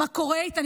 מה קורה איתן,